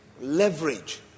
Leverage